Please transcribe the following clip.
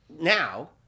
now